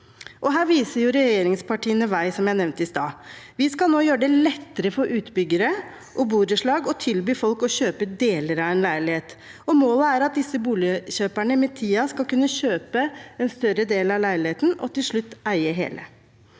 Her viser regjeringspartiene vei, som jeg nevnte i stad. Vi skal nå gjøre det lettere for utbyggere og borettslag å tilby folk å kjøpe deler av en leilighet, og målet er at disse boligkjøperne med tiden skal kunne kjøpe en større del av leiligheten og til slutt eie hele.